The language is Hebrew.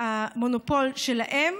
המונופול שלהם,